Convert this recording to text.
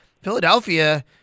Philadelphia